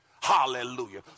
Hallelujah